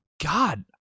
God